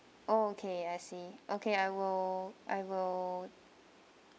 okay I see okay I will I will